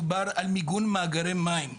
מדובר על מיגון מאגרי מים.